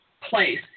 place